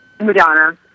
Madonna